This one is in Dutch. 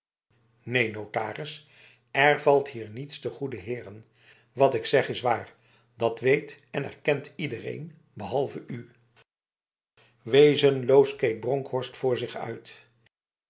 neen notaris er valt hier niets te goede heren wat ik zeg is waar dat weet en erkent iedereen behalve u wezenloos keek bronkhorst voor zich uit